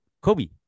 Kobe